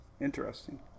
Interesting